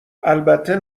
البته